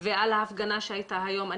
ועל ההפגנה שהיתה היום.